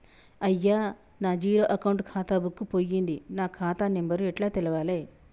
అయ్యా నా zero account ఖాతా బుక్కు పోయింది నా ఖాతా నెంబరు ఎట్ల తెలవాలే?